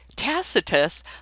Tacitus